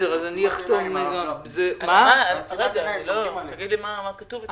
רגע, תגיד מה כתוב.